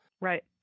Right